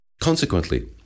Consequently